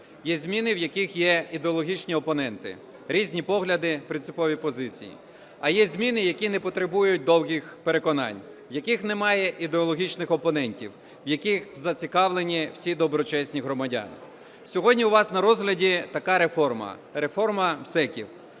є зміни, в яких є ідеологічні опоненти, різні погляди, принципові позиції, а є зміни, які не потребують довгих переконань, в яких немає ідеологічних опонентів, в яких зацікавлені всі доброчесні громадяни. Сьогодні у вас на розгляді така реформа – реформа МСЕК.